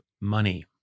money